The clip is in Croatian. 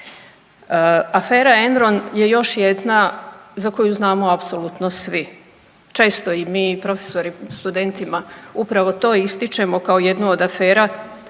Afera Enron je još jedna za koju znamo apsolutno svi. Često i mi profesori studentima upravo to ističemo kao jednu od afera